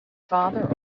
father